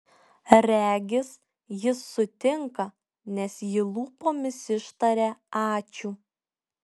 regis jis sutinka nes ji lūpomis ištaria ačiū